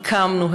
הקמנו,